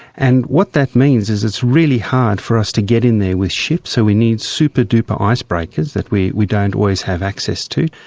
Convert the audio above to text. and what that means is it's really hard for us to get in there with ships, so we need super-duper icebreakers that we we don't always have access to.